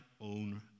own